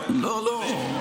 לא מה שצריך.